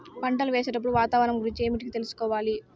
పంటలు వేసేటప్పుడు వాతావరణం గురించి ఏమిటికి తెలుసుకోవాలి?